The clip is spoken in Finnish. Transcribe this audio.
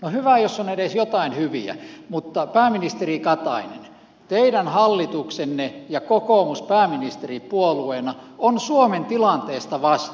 no hyvä jos on edes joitain hyviä mutta pääministeri katainen teidän hallituksenne ja kokoomus pääministeripuolueena on suomen tilanteesta vastuussa